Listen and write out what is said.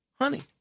honey